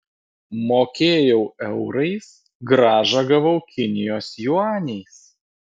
mokėjau eurais grąžą gavau kinijos juaniais